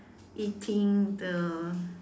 eating the